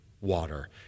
water